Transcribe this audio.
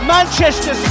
Manchester